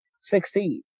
succeed